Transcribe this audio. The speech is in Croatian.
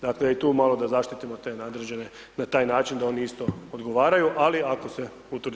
Dakle i tu malo da zaštitio te nadređene na taj način da oni isto odgovaraju, ali ako se utvrdi